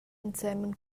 ensemen